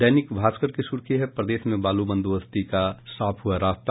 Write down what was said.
दैनिक भास्कर की सुर्खी है प्रदेश में बालू बंदोबस्ती का साफ हुआ रास्ता